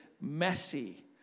messy